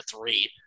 three